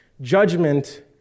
judgment